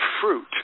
fruit